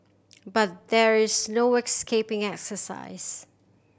but there is no escaping exercise